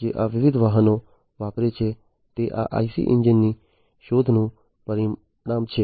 જે આ વિવિધ વાહનો વાપરે છે તે આ IC એન્જિનોની શોધનું પરિણામ છે